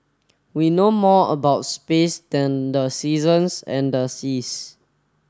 we know more about space than the seasons and the seas